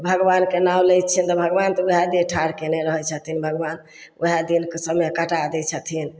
भगवानके नाम लै छिअनि तऽ भगवान तऽ वएह देह ठाढ़ कएने रहै छथिन भगवान वएह दिनके समय कटा दै छथिन